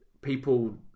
people